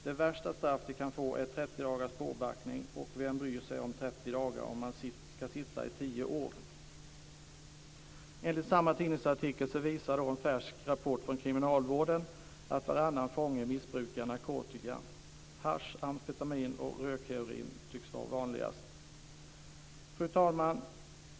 Det värsta straff de kan få är 30 dagars påbackning, och vem bryr sig om 30 dagar om man ska sitta i tio år? Enligt samma tidningsartikel visar en färsk rapport från kriminalvården att varannan fånge missbrukar narkotika. Hasch, amfetamin och rökheroin tycks vara vanligast. Fru talman!